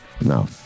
No